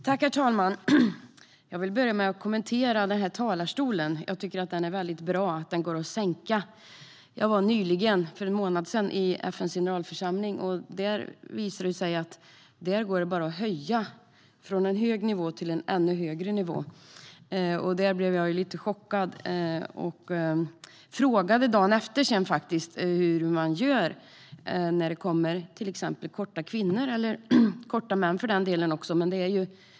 Herr talman! Jag vill börja med att kommentera den här talarstolen. Det är väldigt bra att den går att sänka. Jag var nyligen, för en månad sedan, i FN:s generalförsamling, och där visade det sig att talarstolen bara går att höja - från en hög nivå till en ännu högre nivå. Jag blev lite chockad. Dagen efter frågade jag hur man gör när det kommer korta kvinnor, eller korta män för den delen.